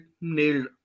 nailed